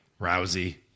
Rousey